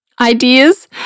ideas